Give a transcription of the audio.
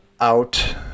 out